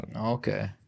Okay